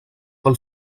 pel